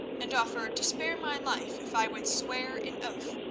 and offered to spare my life if i would swear an oath,